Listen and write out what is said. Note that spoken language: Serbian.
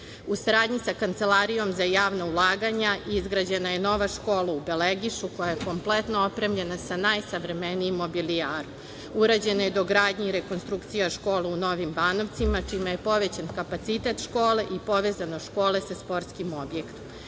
saradnji sa Kancelarijom za javna ulaganja izgrađena je nova škola u Belegišu koja je kompletno opremljena najsavremenijim mobilijarom. Urađena je dogradnja i rekonstrukcija škole u Novim Banovcima čije je povećan kapacitet škole i povezanost škole da sportskim objektom.